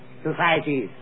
societies